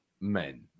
men